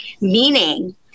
meaning